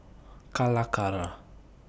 Calacara